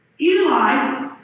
Eli